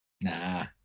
Nah